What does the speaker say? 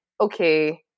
okay